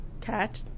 catch